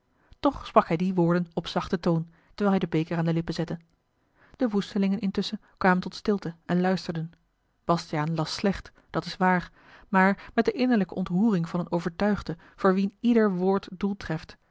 sprak hij die woorden op zachten toon terwijl hij den beker aan de lippen zette de woestelingen intusschen kwamen tot stilte en luisterden bastiaan las slecht dat is waar maar met de innerlijke ontroering van een overtuigde voor wien ieder woord